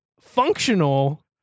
functional